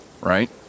right